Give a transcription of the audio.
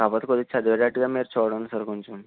మా బాబు కొద్దిగా చదివేటట్టుగా మీరు చూడండి సార్ కొంచెం